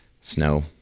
Snow